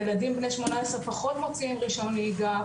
ילדים בני 18 פחות מוציאים רישיון נהיגה,